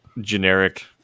generic